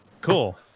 cool